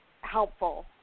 helpful